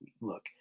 look